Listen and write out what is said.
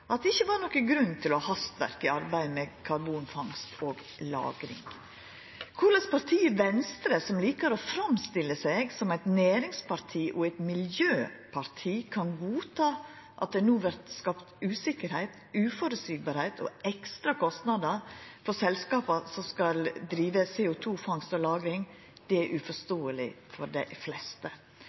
at det ikkje var nokon grunn til å ha hastverk i arbeidet med karbonfangst og -lagring. Korleis partiet Venstre, som likar å framstilla seg som eit næringsparti og eit miljøparti, kan godta at det no vert skapt usikkerheit, uvisse og ekstra kostnader for selskap som skal driva med CO 2 -fangst og -lagring, er uforståeleg for dei fleste.